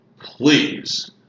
Please